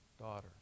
daughter